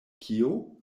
kio